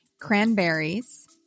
cranberries